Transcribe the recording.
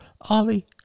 Ollie